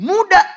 Muda